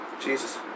Jesus